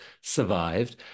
survived